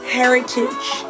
heritage